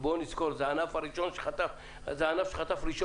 ובוא נזכור זה הענף שחטף ראשון